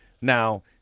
now